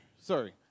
sorry